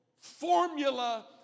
formula